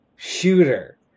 Shooter